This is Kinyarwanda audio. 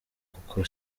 kuko